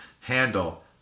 handle